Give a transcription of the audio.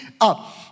up